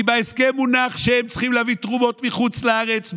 כי בהסכם מונח שהם צריכים להביא תרומות מחוץ לארץ,